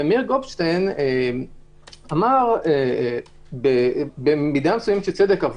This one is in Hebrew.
ומאיר גופשטיין אמר במידה מסוימת של צדק,